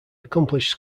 accomplished